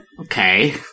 okay